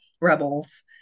Rebels